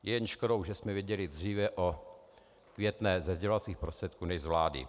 Je jen škodou, že jsme věděli dříve o Květné ze sdělovacích prostředků než z vlády.